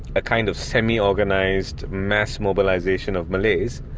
ah kind of semi-organised mass mobilsation of malays,